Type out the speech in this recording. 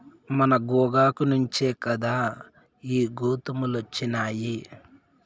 మన గోగాకు నుంచే కదా ఈ గోతాములొచ్చినాయి